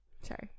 Sorry